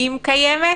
אם קיימת,